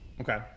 Okay